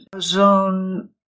zone